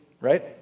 Right